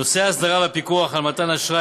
נושא האסדרה והפיקוח על מתן האשראי